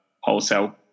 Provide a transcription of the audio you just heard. wholesale